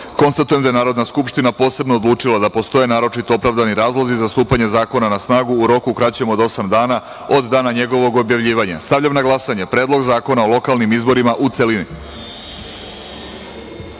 183.Konstatujem da je Narodna skupština posebno odlučila da postoje naročito opravdani razlozi za stupanje zakona na snagu u roku kraćem od osam dana od dana objavljivanja. Stavljam na glasanje Predlog zakona o izboru predsednika